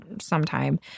sometime